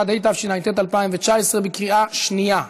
31), התשע"ט 2019, בקריאה שנייה.